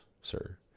sir